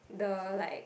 the like